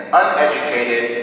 uneducated